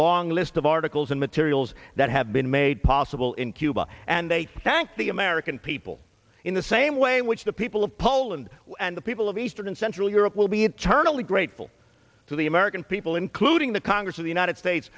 long list of articles and materials that have been made possible in cuba and they thanked the american people in the same way in which the people of poland and the people of eastern and central europe will be eternally grateful to the american people including the congress of the united states